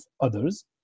others